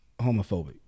homophobic